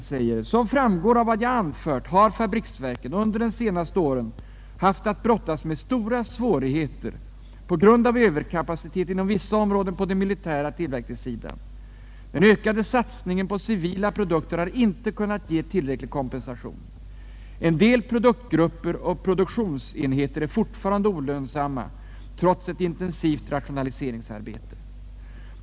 Han framhåller följande: ”Som framgår av vad jag anfört har fabriksverken under de senaste åren haft att brottas med stora svårigheter på grund av överkapacitet inom vissa områden på den militära tillverkningssidan. Den ökade satsningen på civila produkter har inte kunnat ge tillräcklig kompensation. En del produktgrupper och produktionsenheter är fortfarande olönsamma trots ett intensivt rationaliseringsarbete.